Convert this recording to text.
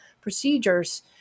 procedures